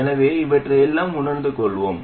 எனவே இவற்றையெல்லாம் உணர்ந்து கொள்வோம்